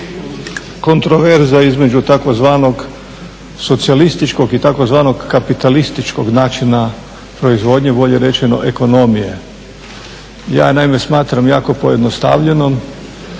kontroverza između tzv. socijalističkog i tzv. kapitalističkog načina proizvodnje, bolje rečeno ekonomije. Ja naime smatram jako pojednostavljenom